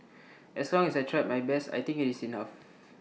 as long as I tried my best I think IT is enough